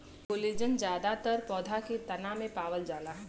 collagen जादातर पौधा के तना में पावल जाला